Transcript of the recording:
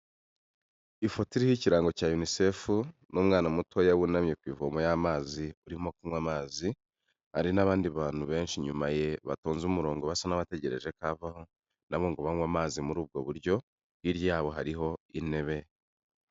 Ifoto iriho ikirango cya Unicefu n'umwana mutoya wunamye ku ivomo y'amazi urimo kunywa amazi, hari n'abandi bantu benshi inyuma ye batonze umurongo basa n'abategereje ko avaho na bo ngo banywe amazi muri ubwo buryo, hirya yabo hariho intebe.